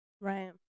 right